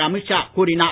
அமித்ஷாகூறினார்